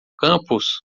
campus